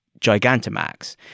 Gigantamax